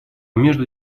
между